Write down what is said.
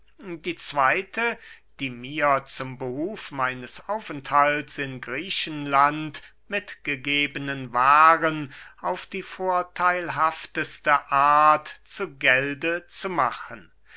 die zweyte die mir zum behuf meines aufenthalts in griechenland mitgegebenen waaren auf die vortheilhafteste art zu gelde zu machen